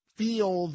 feel